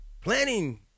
planning